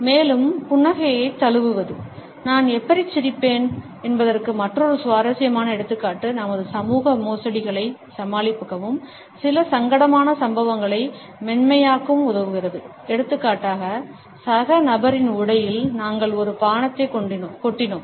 மேலும் புன்னகையைத் தழுவுவது நான் எப்படிச் சிரிப்பேன் என்பதற்கு மற்றொரு சுவாரஸ்யமான எடுத்துக்காட்டு நமது சமூக மோசடிகளை சமாளிக்கவும் சில சங்கடமான சம்பவங்களை மென்மையாக்கவும் உதவுகிறது எடுத்துக்காட்டாக சக நபரின் உடையில் நாங்கள் ஒரு பானத்தை கொட்டினோம்